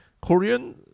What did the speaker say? Korean